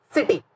City